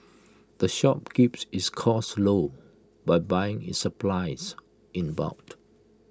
the shop keeps its costs low by buying its supplies in